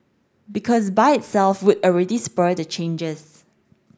because by itself would already spur the changes